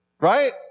Right